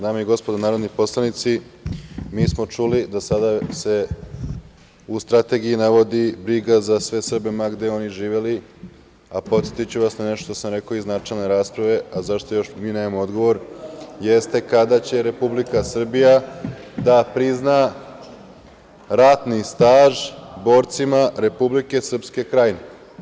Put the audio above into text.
Dame i gospodo narodni poslanici, mi smo čuli da se sada u Strategiji navodi briga za sve Srbe, ma gde oni živeli, a podsetiću vas na nešto što sam rekao iz načelne rasprave, a za šta još mi nemamo odgovor, jeste kada će Republika Srbija da prizna ratni staž borcima Republike Srpske Krajine?